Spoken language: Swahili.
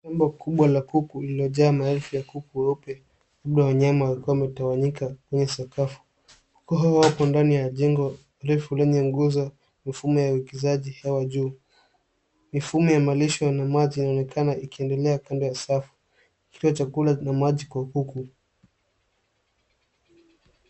Shamba kubwa la kuku, liliyojaa maelfu ya kuku weupe, labda wanyama wakiwa wametawanyika kwenye sakafu. Kuku hawa wako ndani ya jengo refu lenye nguzo mifumo ya uwekezaji hewa juu. Mifumo ya malisho na maji inaonekana ikiendelea kwenda safi. Kituo chakula kinamaji kwa kuku.